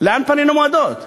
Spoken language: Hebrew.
לאן פנינו מועדות?